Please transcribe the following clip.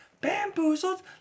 bamboozled